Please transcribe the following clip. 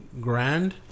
grand